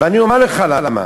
ואני אומר לך למה: